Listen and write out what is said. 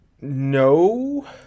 No